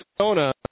Arizona